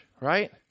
right